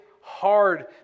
hard